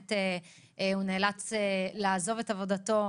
בכנסת הוא נאלץ לעזוב את עבודתו.